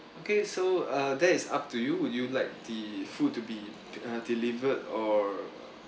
okay so uh that is up to you would you like the food to be p~ uh delivered or